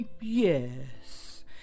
Yes